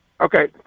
okay